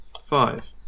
five